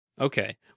okay